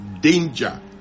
danger